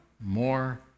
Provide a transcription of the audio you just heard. more